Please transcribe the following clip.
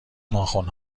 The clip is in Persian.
ناخن